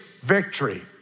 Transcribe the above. victory